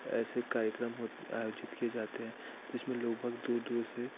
ऐसे कार्यक्रम हो आयोजित किे जाते हैं जिसमें लोग बहुत दूर दूर से